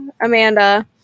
Amanda